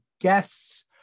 guests